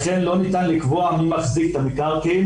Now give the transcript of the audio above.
לכן לא ניתן לקבוע מי מחזיק במקרקעין.